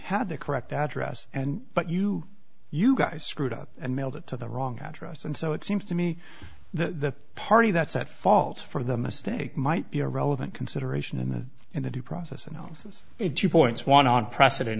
had the correct address and but you you guys screwed up and mailed it to the wrong address and so it seems to me the party that's at fault for the mistake might be a relevant consideration in the in the due process analysis it two points one on precedent